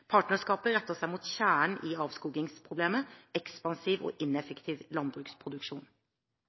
Partnerskapet retter seg mot kjernen i avskogingsproblemet – ekspansiv og ineffektiv landbruksproduksjon.